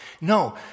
No